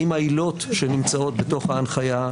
האם העילות שנמצאות בתוך ההנחיה,